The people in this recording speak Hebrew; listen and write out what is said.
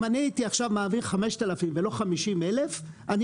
אם אני הייתי עכשיו מעביר 5,000 שקלים ולא 50 אלף שקלים,